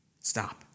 Stop